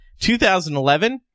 2011